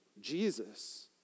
Jesus